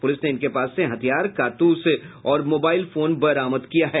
police ने उनके पास से हथियार कारतूस और मोबाइल फोन बरामद किया है